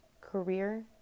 career